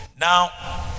Now